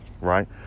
right